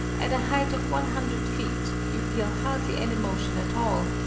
at a height of one hundred feet you feel hardly any motion at all,